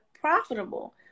profitable